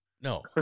No